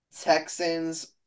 Texans